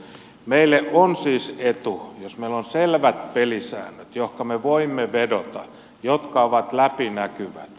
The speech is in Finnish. meille on siis etu jos meillä on selvät pelisäännöt joihinka me voimme vedota jotka ovat läpinäkyvät